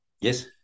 Yes